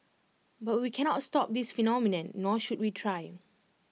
but we cannot stop this phenomenon nor should we try